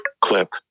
clip